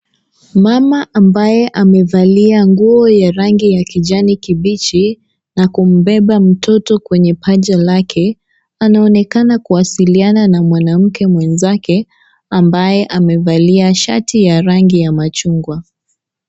Mama ambaye amevalia nguo ya rangi ya kijani kibichi, na kumbeba mtoto kwenye paja lake, anaonekana kuwasiliana na mwanamke mwenzake, ambaye amevalia shati ya rangi ya machungwa.